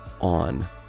on